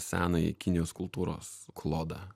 senąjį kinijos kultūros klodą